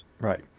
Right